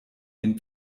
den